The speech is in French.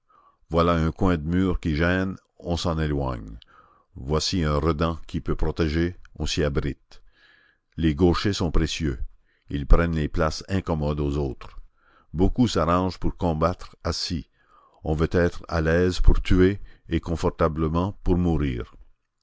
voilà un coin de mur qui gêne on s'en éloigne voici un redan qui peut protéger on s'y abrite les gauchers sont précieux ils prennent les places incommodes aux autres beaucoup s'arrangent pour combattre assis on veut être à l'aise pour tuer et confortablement pour mourir